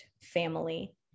family